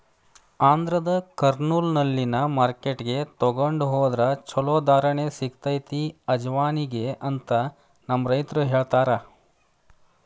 ಆಂಧ್ರದ ಕರ್ನೂಲ್ನಲ್ಲಿನ ಮಾರ್ಕೆಟ್ಗೆ ತೊಗೊಂಡ ಹೊದ್ರ ಚಲೋ ಧಾರಣೆ ಸಿಗತೈತಿ ಅಜವಾನಿಗೆ ಅಂತ ನಮ್ಮ ರೈತರು ಹೇಳತಾರ